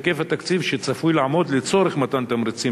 היקף התקציב שצפוי לעמוד לצורך מתן תמריצים